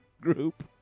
group